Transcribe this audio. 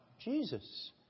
Jesus